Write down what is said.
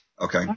Okay